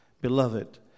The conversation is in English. beloved